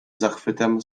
zachwytem